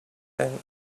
and